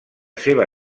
seva